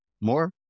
more